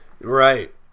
right